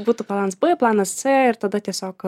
būtų planas b planas c ir tada tiesiog